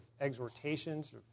exhortations